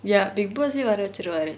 bigg boss eh வர வெச்சிடுவாரு:vara vechiduvaaru